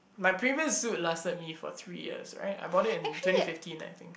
my previous suit lasted me for three years right I bought in twenty fifteen I think